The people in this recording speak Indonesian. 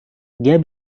dia